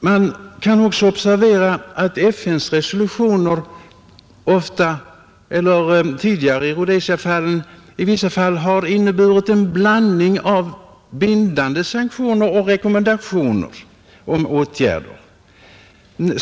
Man observerar att FN:s resolutioner tidigare beträffande Rhodesia i vissa fall inneburit en blandning av bindande sanktioner och rekommendationer om åtgärder.